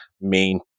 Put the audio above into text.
main